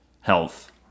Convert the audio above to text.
health